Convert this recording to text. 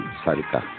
sarika